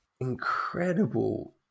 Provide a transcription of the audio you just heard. incredible